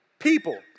people